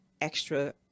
extra